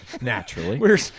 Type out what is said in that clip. naturally